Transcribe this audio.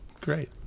Great